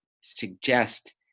suggest